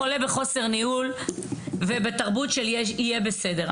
חולה בחוסר ניהול ובתרבות של יהיה בסדר.